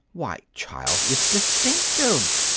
why, child, it's distinctive!